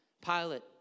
Pilate